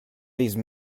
these